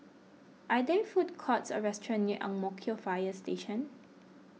are there food courts or restaurants near Ang Mo Kio Fire Station